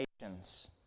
nations